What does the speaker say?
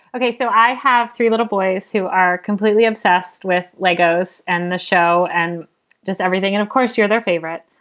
okay. so i have three little boys who are completely obsessed with legos and the show and just everything. and of course, you're their favorite.